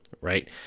Right